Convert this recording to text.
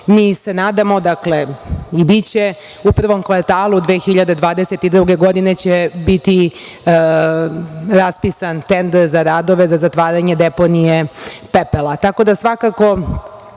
Mi se nadamo i biće u prvom kvartalu 2022. godine raspisan tender za radove za zatvaranje deponije pepela.